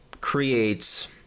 creates